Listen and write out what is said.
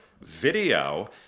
video